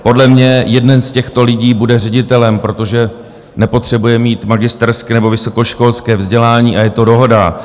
Podle mě jeden z těchto lidí bude ředitelem, protože nepotřebuje mít magisterské nebo vysokoškolské vzdělání, a je to dohoda.